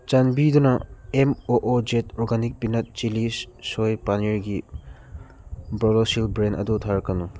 ꯆꯥꯟꯕꯤꯗꯨꯅ M O O ꯖꯦꯠ organic peanut chilli soy ꯄꯅꯤꯔꯒꯤ ꯕꯣꯔꯣꯁꯤꯜ ꯕ꯭ꯔꯦꯟ ꯑꯗꯨ ꯊꯥꯔꯛꯀꯅꯨ